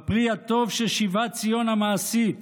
בפרי הטוב של שיבת ציון המעשית